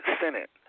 Senate